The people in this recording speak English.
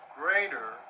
greater